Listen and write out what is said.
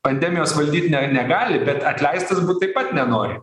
pandemijos valdyt ne negali bet atleistas būt taip pat nenori